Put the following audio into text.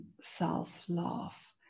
self-love